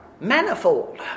manifold